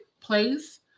place